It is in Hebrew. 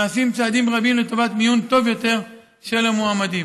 נעשים צעדים רבים לטובת מיון טוב יותר של המועמדים.